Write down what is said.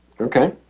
Okay